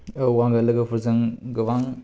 औ आङो लोगोफोरजों गोबां